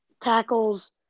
tackles